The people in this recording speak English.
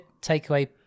takeaway